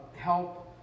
help